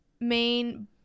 main